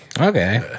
Okay